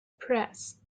press